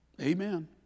amen